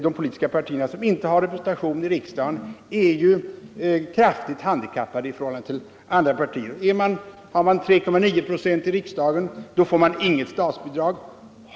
De politiska partier som inte har representation i riksdagen är redan kraftigt handikappade i förhållande till andra partier. Har man 3,9 96 i riksdagsvalet, får man inget statsstöd.